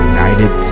United